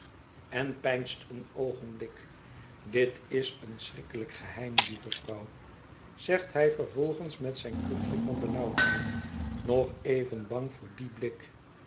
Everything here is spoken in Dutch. en peinst een oogenblik dit is een schrikkelijk geheim lieve vrouw zegt hij vervolgens met zijn kuchje van benauwdheid nog even bang voor dien blik